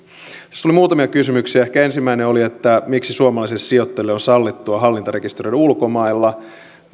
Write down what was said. tässä tuli muutamia kysymyksiä ehkä ensimmäinen oli miksi suomalaisille sijoittajille on sallittua hallintarekisteröidä ulkomailla